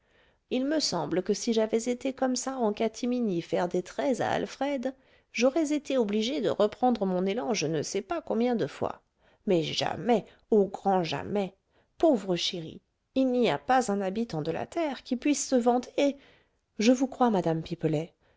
il me semble que si j'avais été comme ça en catimini faire des traits à alfred j'aurais été obligée de reprendre mon élan je ne sais pas combien de fois mais jamais au grand jamais pauvre chéri il n'y a pas un habitant de la terre qui puisse se vanter je vous crois madame pipelet